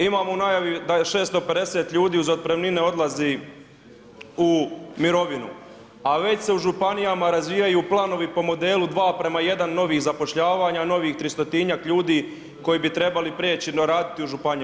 Imamo u najavi da je 650 ljudi uz otpremnine odlazi u mirovinu, a već se u županijama razvijaju planovi po modelu 2 prema 1 novih zapošljavanja, novih 300-tinjak ljudi koji bi trebali prijeći raditi u županiji.